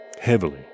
heavily